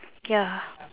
ya